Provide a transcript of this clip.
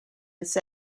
this